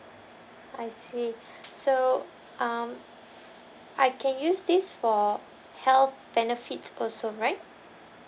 I see so um I can use this for health benefits also right